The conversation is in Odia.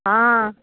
ହଁ